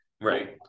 right